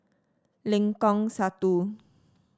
Lengkong Satu